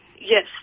Yes